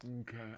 okay